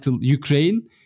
Ukraine